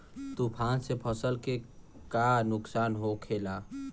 तूफान से फसल के का नुकसान हो खेला?